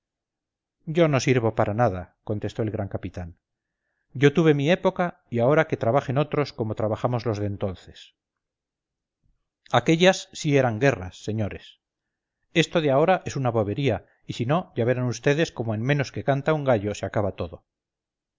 yo no sirvo para nada contestó el gran capitán yo tuve mi época y ahora que trabajen otros como trabajamos los de entonces aquellas sí eran guerras señores esto de ahora es una bobería y sino ya verán vds cómo en menos que canta un gallo se acaba todo